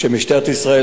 משטרת ישראל,